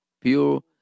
pure